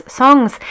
songs